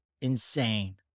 insane